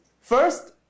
first